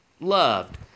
loved